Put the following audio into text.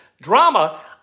Drama